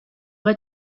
rez